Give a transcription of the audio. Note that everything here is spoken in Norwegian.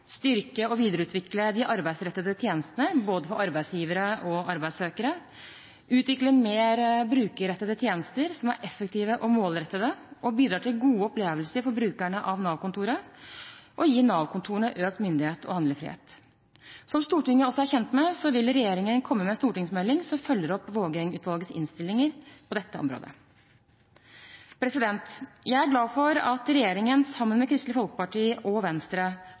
styrke og videreutvikle de arbeidsrettede tjenestene, for både arbeidsgivere og arbeidssøkere, utvikle mer brukerrettede tjenester som er effektive og målrettede og bidrar til gode opplevelser for brukerne av Nav-kontoret, og gi Nav-kontorene økt myndighet og handlefrihet. Som Stortinget også er kjent med, vil regjeringen komme med en stortingsmelding som følger opp Vågeng-utvalgets innstillinger på dette området. Jeg er glad for at regjeringen sammen med Kristelig Folkeparti og Venstre